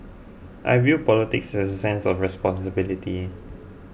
I view politics as a sense of responsibility